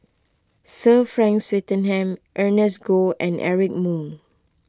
Sir Frank Swettenham Ernest Goh and Eric Moo